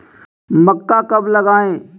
मक्का कब लगाएँ?